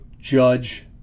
judge